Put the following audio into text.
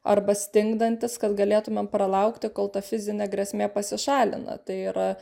arba stingdantis kad galėtumėm pralaukti kol ta fizinė grėsmė pasišalina tai yra